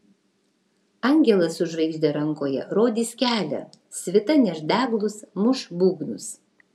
angelas su žvaigžde rankoje rodys kelią svita neš deglus muš būgnus